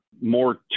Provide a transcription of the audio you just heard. more